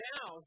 Now